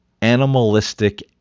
animalistic